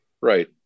Right